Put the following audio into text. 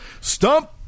Stump